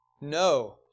No